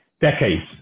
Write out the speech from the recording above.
decades